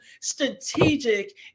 strategic